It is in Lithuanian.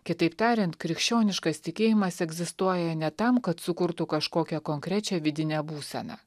kitaip tariant krikščioniškas tikėjimas egzistuoja ne tam kad sukurtų kažkokią konkrečią vidinę būseną